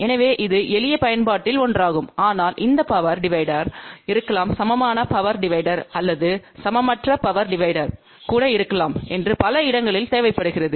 எனவே இது எளிய பயன்பாட்டில் ஒன்றாகும் ஆனால் இந்த பவர் டிவைடர் இருக்கலாம் சமமான பவர் டிவைடர் அல்லது சமமற்ற பவர் டிவைடர் கூட இருக்கலாம் என்று பல இடங்களில் தேவைப்படுகிறது